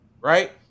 right